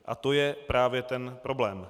A to je právě ten problém.